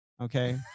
okay